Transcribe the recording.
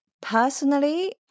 Personally